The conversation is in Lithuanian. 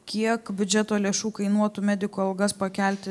kiek biudžeto lėšų kainuotų medikų algas pakelti